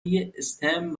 stem